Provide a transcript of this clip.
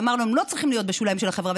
ואמרנו: הם לא צריכים להיות בשוליים של החברה,